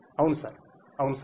అవును సార్ అవును సార్